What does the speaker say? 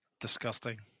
Disgusting